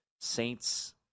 Saints